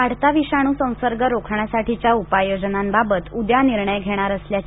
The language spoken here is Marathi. वाढता विषाणू संसर्ग रोखण्यासाठीच्या उपाययोजनांबाबत उद्या निर्णय घेणार असल्याची